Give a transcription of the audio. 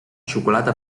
xocolata